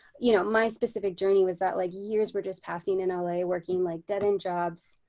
you know, my specific journey was that like years were just passing in ah la, working like dead-end jobs.